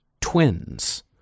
twins